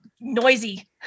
noisy